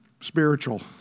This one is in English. spiritual